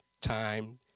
time